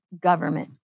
government